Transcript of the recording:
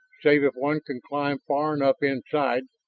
save if one can climb far enough inside,